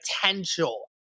potential